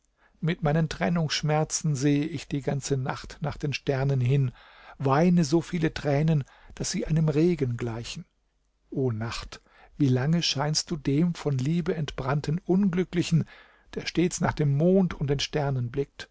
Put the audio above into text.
mit meinen trennungsschmerzen sehe ich die ganze nacht nach den sternen hin weine so viele tränen daß sie einem regen gleichen o nacht wie lange scheinst du dem von liebe entbrannten unglücklichen der stets nach dem mond und den sternen blickt